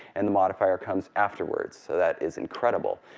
and the modifier comes afterwards. so that is incredible.